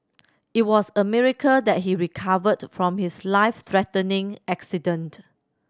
it was a miracle that he recovered from his life threatening accident